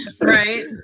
Right